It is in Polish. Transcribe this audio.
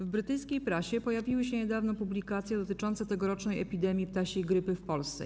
W brytyjskiej prasie pojawiły się niedawno publikacje dotyczące tegorocznej epidemii ptasiej grypy w Polsce.